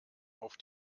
auf